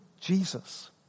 Jesus